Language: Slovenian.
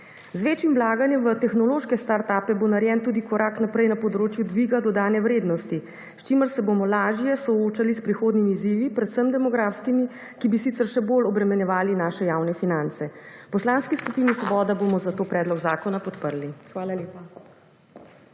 Z večjim vlaganjem v tehnološke start upe bo narejen tudi korak naprej na področju dviga dodatne vrednosti, s čimer se bomo lažje soočali s prihodnjimi izzivi predvsem demografskimi, ki bi sicer še bolj obremenjevali naše javne finance. V Poslanski skupini Svobodo bomo, zato predlog zakona podprli. Hvala lepa.